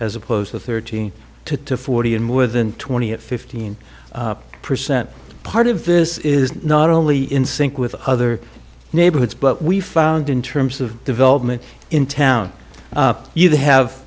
as opposed to thirty to forty in more than twenty at fifteen percent part of this is not only in sync with other neighborhoods but we found in terms of development in town you have